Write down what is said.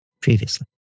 previously